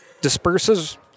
disperses